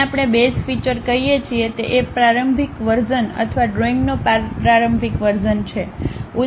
જેને આપણે base feature કહીએ છીએ તે એ પ્રારંભિક વર્ઝન અથવા ડ્રોઇંગનો પ્રારંભિક વર્ઝન છે